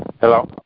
Hello